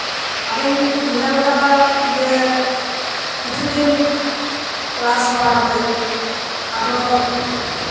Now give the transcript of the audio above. ᱟᱫᱚᱧ ᱧᱮᱞ ᱠᱟᱫᱟ ᱡᱮ ᱠᱤᱪᱷᱩᱫᱤᱱ ᱠᱞᱟᱥ ᱵᱟᱲᱟ ᱠᱟᱛᱮ ᱟᱫᱚ